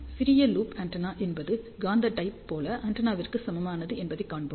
சிறிய loop antenna என்பது காந்த டைபோல் ஆண்டெனாவிற்கு சமமானது என்பதைக் காண்போம்